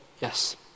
yes